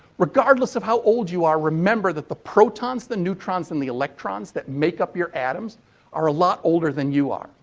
regardless of how old you are, remember that the protons, the neutrons and the electrons that make up your atoms are a lot older than you are.